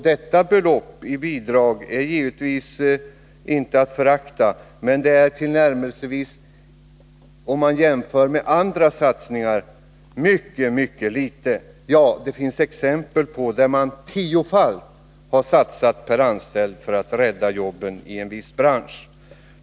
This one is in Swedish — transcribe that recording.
Detta bidragsbelopp är givetvis inte att förakta, men jämfört med andra satsningar är det mycket mycket litet. Det finns exempel på att man satsat tiofalt per anställd för att rädda jobben i en viss bransch.